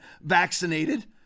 vaccinated